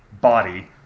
body